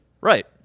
Right